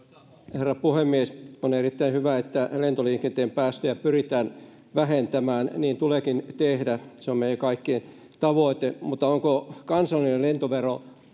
herra puhemies on erittäin hyvä että lentoliikenteen päästöjä pyritään vähentämään niin tuleekin tehdä se on meidän kaikkien tavoite mutta onko kansallinen lentovero